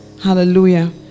Hallelujah